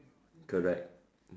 correct